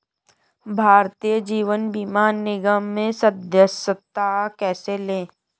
भारतीय जीवन बीमा निगम में सदस्यता कैसे लें?